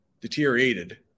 deteriorated